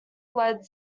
lead